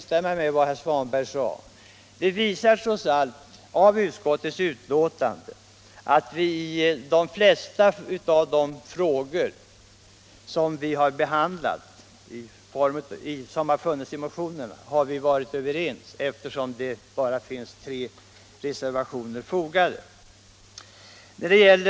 Som herr Svanberg sade visar det faktum att det bara finns tre reservationer att vi trots allt har varit överens i de flesta av de frågor som har tagits upp i motionerna.